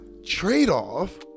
trade-off